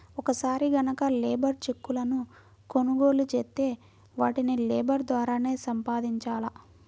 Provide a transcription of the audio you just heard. ఒక్కసారి గనక లేబర్ చెక్కులను కొనుగోలు చేత్తే వాటిని లేబర్ ద్వారానే సంపాదించాల